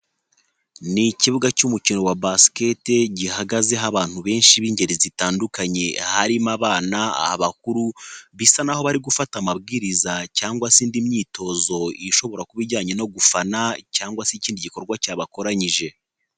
Ni ikibuga cy'umukino wa basikete gihagazeho abantu benshi b'ingeri zitandukanye harimo abana, abakuru bisa naho bari gufata amabwiriza cyangwa se indi myitozo ishobora kuba ijyanye no gufana cyangwa se ikindi gikorwa cyabakoranyije.